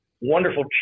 wonderful